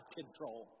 control